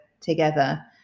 together